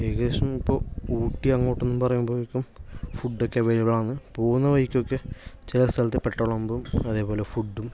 ഏകദേശം ഇപ്പോൾ ഊട്ടി അങ്ങോട്ട്ന്ന് പറയുമ്പോഴേക്കും ഫുഡൊക്കെ അവൈലബിളാണ് പോകുന്ന വഴിക്കൊക്കെ ചില സ്ഥലത്ത് പെട്രോൾ പമ്പും അതേപോലെ ഫുഡും